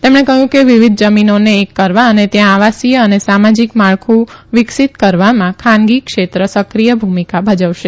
તેમણે કહ્યું કે વિવિધ જમીનોને એક કરવા અને ત્યાં આવાસીય અને સામાજીક માળખું વિકસીત કરવામાં ખાનગી ક્ષેત્ર સક્રીય ભૂમિકા ભજવશે